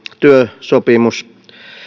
työsopimus